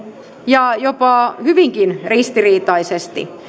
ja jopa hyvinkin ristiriitaisesti